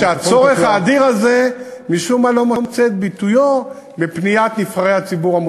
כך שהצורך האדיר הזה משום מה לא מוצא את ביטויו בפניית נבחרי הציבור.